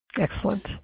Excellent